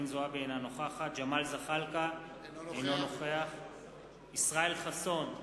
אינה נוכחת ג'מאל זחאלקה, אינו נוכח ישראל חסון,